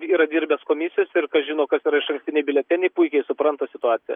yra dirbęs komisijose ir kas žino kas yra išankstiniai biuleteniai puikiai supranta situaciją